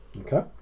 Okay